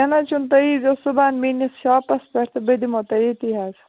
کیٚنٛہہ نہٕ حظ چھُنہٕ تُہۍ ییٖزیٚو صُبَحن میٛٲنِس شاپَس پٮ۪ٹھ تہٕ بہٕ دِمو تۄہہِ ییٚتی حظ